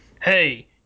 hey